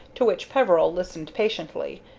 to which peveril listened patiently.